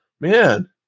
Man